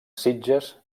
sitges